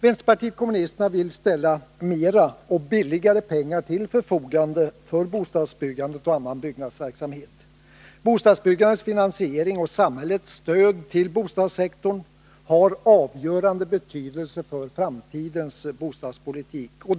Vänsterpartiet kommunisterna vill ställa mer och billigare pengar till förfogande för bostadsbyggande och annan byggnadsverksamhet. Bostadsbyggandets finansiering och samhällets stöd till bostadssektorn har avgörande betydelse för framtidens bostadspolitik.